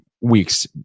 weeks